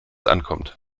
ankommt